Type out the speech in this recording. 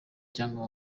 cyangwa